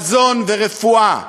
מזון ורפואה.